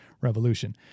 revolution